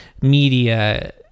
media